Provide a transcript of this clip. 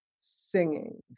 singing